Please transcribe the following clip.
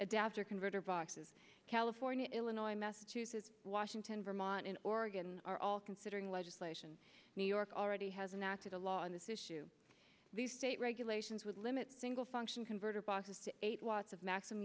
adapter converter boxes california illinois massachusetts washington vermont in oregon are all considering legislation new york already has an active a law on this issue these state regulations would limit single function converter boxes to eight watts of maxim